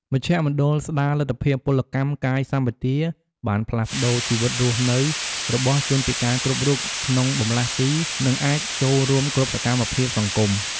មជ្ឈមណ្ឌលស្តារលទ្ធភាពពលកម្មកាយសម្បទាបានផ្លាស់ប្តូរជីវិតរស់នៅរបស់ជនពិការគ្រប់រូប ក្នុងបម្លាស់ទី និងអាចចូលរួមគ្រប់សកម្មភាពសង្គម។